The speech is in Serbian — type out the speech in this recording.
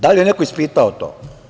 Da li je neko ispitao to?